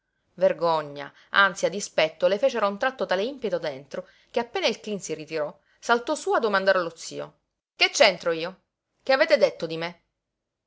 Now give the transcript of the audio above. vergogna ansia dispetto le fecero a un tratto tale impeto dentro che appena il cleen si ritirò saltò su a domandare allo zio che c'entro io che avete detto di me